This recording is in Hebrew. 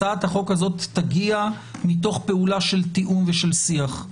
הצעת החוק הזאת תגיע מתוך פעולה של תיאום ושל שיח.